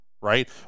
right